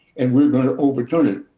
and we're going to overturn it.